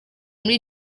muri